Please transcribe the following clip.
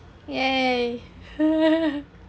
yea